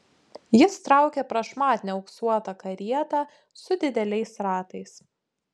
jis traukė prašmatnią auksuotą karietą su dideliais ratais